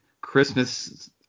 Christmas